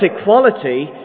equality